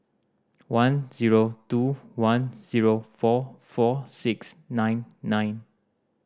one zero two one zero four four six nine nine